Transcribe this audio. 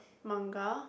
manga